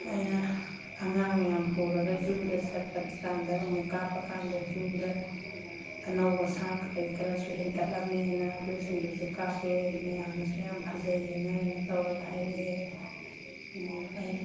ꯑꯩꯅ ꯑꯉꯥꯡ ꯃꯌꯥꯝ ꯄꯨꯔꯒ ꯖꯨꯗ ꯆꯠꯄ ꯀꯥꯟꯗ ꯑꯃꯨꯛ ꯀꯥꯞꯄ ꯀꯥꯟꯗ ꯖꯨꯗ ꯑꯅꯧꯕ ꯁꯥ ꯀꯔꯤ ꯀꯔꯤ ꯈꯔꯁꯨ ꯍꯦꯟꯀꯠꯂꯝꯃꯦꯅ ꯑꯗꯨꯁꯤꯡꯗꯨꯁꯨ ꯀꯥꯞꯄꯦ ꯑꯗꯨ ꯃꯌꯥꯝꯅꯁꯨ ꯌꯥꯝ ꯐꯖꯩꯑꯅ ꯀꯩꯅꯣ ꯇꯧꯔꯒ ꯍꯥꯏꯔꯛꯑꯦ ꯑꯩ